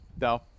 no